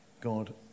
God